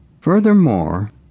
Furthermore